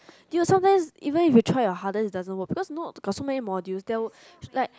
do you know sometimes even when you try your hardest it doesn't work because you know got so many modules there were like